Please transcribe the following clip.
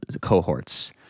cohorts